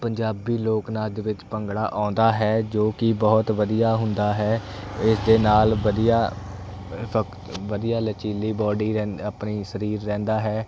ਪੰਜਾਬੀ ਲੋਕ ਨਾਚ ਦੇ ਵਿੱਚ ਭੰਗੜਾ ਆਉਂਦਾ ਹੈ ਜੋ ਕਿ ਬਹੁਤ ਵਧੀਆ ਹੁੰਦਾ ਹੈ ਇਸ ਦੇ ਨਾਲ ਵਧੀਆ ਵਧੀਆ ਸਖ਼ਤ ਲਚਕੀਲੀ ਬਾਡੀ ਰਹਿੰਦੀ ਆਪਣੀ ਸਰੀਰ ਰਹਿੰਦਾ ਹੈ